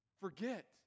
Forget